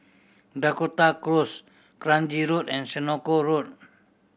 Dakota Close Kranji Road and Senoko Road